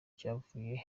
byavuye